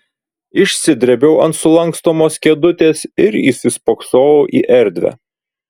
išsidrėbiau ant sulankstomos kėdutės ir įsispoksojau į erdvę